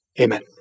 Amen